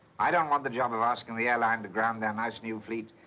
i don't want the job of asking the airline to ground their nice, new fleet.